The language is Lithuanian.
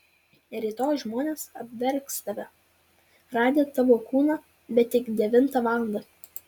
rytoj žmonės apverks tave radę tavo kūną bet tik devintą valandą